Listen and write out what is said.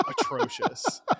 atrocious